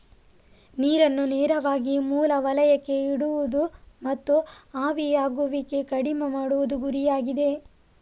ನೀರನ್ನು ನೇರವಾಗಿ ಮೂಲ ವಲಯಕ್ಕೆ ಇಡುವುದು ಮತ್ತು ಆವಿಯಾಗುವಿಕೆ ಕಡಿಮೆ ಮಾಡುವುದು ಗುರಿಯಾಗಿದೆ